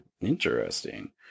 interesting